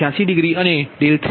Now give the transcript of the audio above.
86 degree અને 31 3